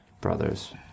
brothers